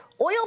oil